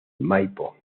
maipo